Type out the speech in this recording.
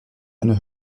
eine